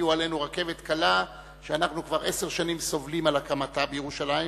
הביאו עלינו רכבת קלה שאנחנו כבר עשר שנים סובלים מהקמתה בירושלים,